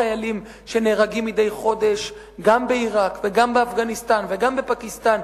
חיילים שנהרגים מדי חודש גם בעירק וגם באפגניסטן וגם בפקיסטן,